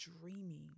dreaming